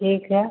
ठीक है